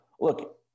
look